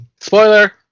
spoiler